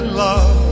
love